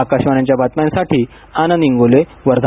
आकाशवाणी बातम्यांसाठी आनंद इंगोले वर्धा